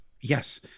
yes